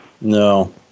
No